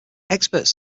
experts